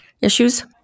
issues